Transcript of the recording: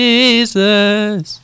Jesus